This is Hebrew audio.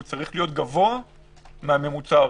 הוא צריך להיות גבוה מהממוצע הארצי.